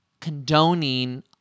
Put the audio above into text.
condoning